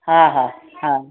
हा हा हा